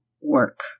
work